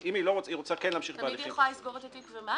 אם היא כן רוצה להמשיך בהליכים --- תמיד יכולה לסגור את התיק ומה?